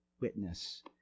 witness